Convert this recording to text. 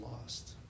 lost